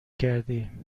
کردی